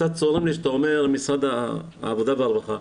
שאתה אומר משרד העבודה והרווחה.